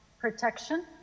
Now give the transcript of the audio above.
protection